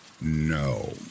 no